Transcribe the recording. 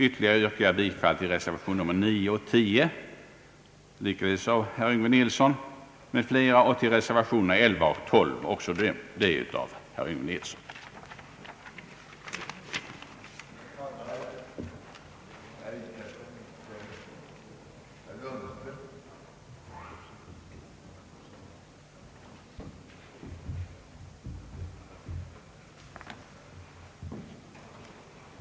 Ytterligare yrkar jag bifall till reservationerna nr 9 och 10 likaledes av herr Yngve Nilsson m.fl. samt till reservationerna nr 11 och 12 också av herr Yngve Nilsson m.fl.